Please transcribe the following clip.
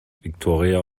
viktoria